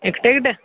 एकटं एकटं